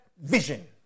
vision